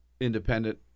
independent